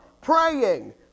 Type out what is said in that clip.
praying